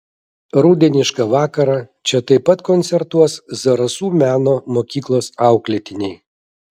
rudenišką vakarą čia taip pat koncertuos zarasų meno mokyklos auklėtiniai